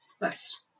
Nice